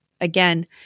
again